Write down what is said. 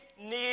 need